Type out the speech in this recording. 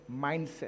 mindset